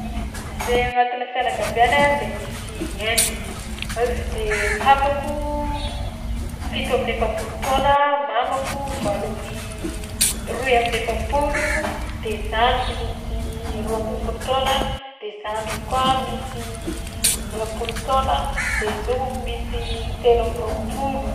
I- zay agnatina fianakaviàna de misy enina: de papako fito amin'ny efapolo taona, mamako valo amin'ny roy amin'ny efapolo, de zandriko misy tsy roa amby folo taona, de zandriko koa misy roapolo taona, de zokiko misy telo amby roapolo.